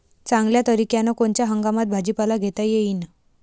चांगल्या तरीक्यानं कोनच्या हंगामात भाजीपाला घेता येईन?